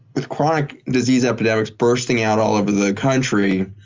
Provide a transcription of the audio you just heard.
with chronic disease epidemics bursting out all over the country,